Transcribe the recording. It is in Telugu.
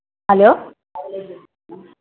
హలో